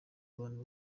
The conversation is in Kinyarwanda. bantu